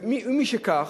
ומשכך,